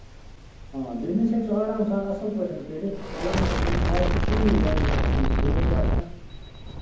ہاں بِزنِس ہیٚکہِ سُہ آرام سان اَصٕل پٲٹھۍ کٔرِتھ گورمینٹ چھُ تٔمِس ہر کُنہِ لیولہِ پٮ۪ٹھ تٔمِس سۭتۍ آسان